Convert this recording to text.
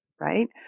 right